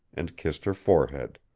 and kissed her forehead.